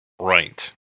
Right